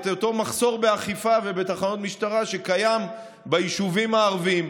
את אותו מחסור באכיפה ובתחנות משטרה שקיים ביישובים הערביים.